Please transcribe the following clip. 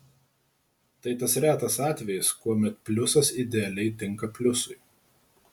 tai tas retas atvejis kuomet pliusas idealiai tinka pliusui